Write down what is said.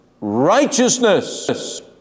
Righteousness